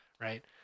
right